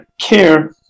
care